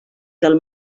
del